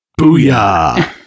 Booyah